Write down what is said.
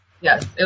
Yes